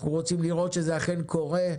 ואנחנו רוצים לראות שזה אכן קורה.